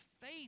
faith